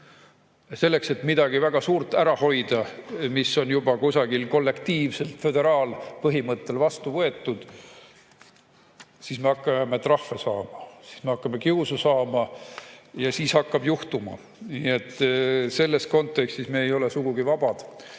Selleks, et midagi väga suurt ära hoida, mis on juba kusagil kollektiivselt föderaalpõhimõttel vastu võetud, siis me hakkame trahve saama, siis me hakkame kiusu saama ja siis hakkab juhtuma. Nii et selles kontekstis me ei ole sugugi vabad